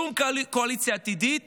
שום קואליציה עתידית